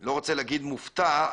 לא רוצה להגיד מופתע,